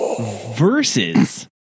versus